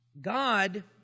God